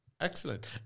Excellent